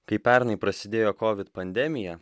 kai pernai prasidėjo kovid pandemija